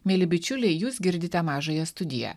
mieli bičiuliai jūs girdite mažąją studiją